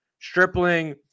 stripling